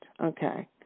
Okay